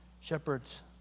shepherds